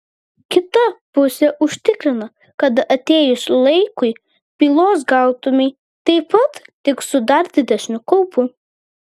kita pusė užtikrina kad atėjus laikui pylos gautumei taip pat tik su dar didesniu kaupu